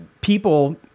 people